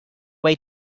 way